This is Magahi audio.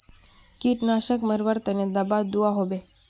कीटनाशक मरवार तने दाबा दुआहोबे?